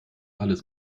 alles